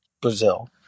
Brazil